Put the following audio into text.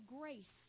grace